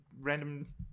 random